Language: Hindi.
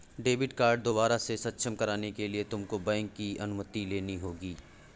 डेबिट कार्ड दोबारा से सक्षम कराने के लिए तुमको बैंक की अनुमति लेनी होगी